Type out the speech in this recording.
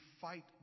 fight